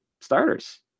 starters